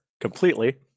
completely